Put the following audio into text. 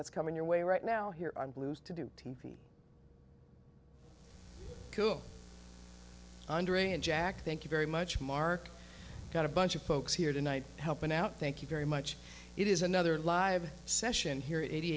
that's coming your way right now here on blues to do t v andrea jack thank you very much mark got a bunch of folks here tonight helping out thank you very much it is another live session here at eighty